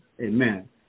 amen